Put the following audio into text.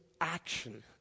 action